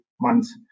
months